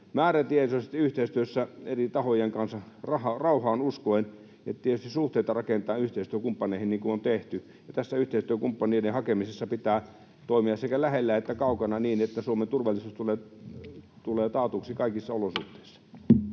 määrätietoisesti, yhteistyössä eri tahojen kanssa, rauhaan uskoen ja tietysti suhteita rakentaen yhteistyökumppaneihin, niin kuin on tehty. Tässä yhteistyökumppaneiden hakemisessa pitää toimia sekä lähellä että kaukana niin, että Suomen turvallisuus tulee taatuksi kaikissa olosuhteissa.